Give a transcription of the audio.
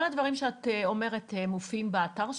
כל הדברים שאת אומרת מופיעים באתר שלכם,